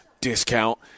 Discount